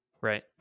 right